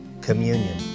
communion